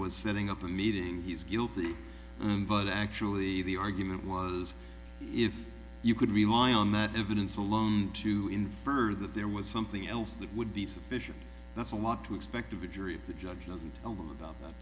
was setting up a meeting he's guilty and but actually the argument was if you could rely on that evidence alone to infer that there was something else that would be sufficient that's a lot to expect of a jury of the judge